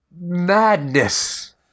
madness